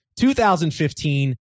2015